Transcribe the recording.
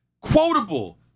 quotable